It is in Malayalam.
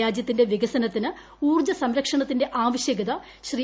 രാജ്യത്തിന്റെ വികസനത്തിന് ഊർജ്ജ സംരക്ഷണത്തിന്റെ ആവശ്യകത ശ്രീ